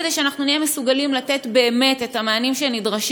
כדי שנהיה מסוגלים לתת באמת את המענה שנדרש